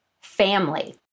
family